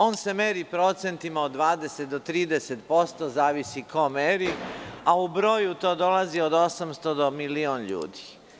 On se meri procentima od 20 do 30%, zavisi ko meri, a u broju to dolazi od 800 do milion ljudi.